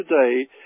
today